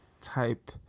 type